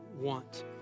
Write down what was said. want